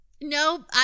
No